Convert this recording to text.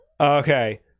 Okay